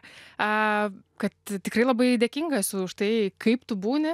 a kad tikrai labai dėkinga už tai kaip tu būni